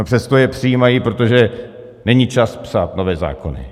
A přesto je přijímají, protože není čas psát nové zákony.